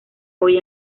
hoy